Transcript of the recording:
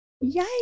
yay